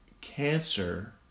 cancer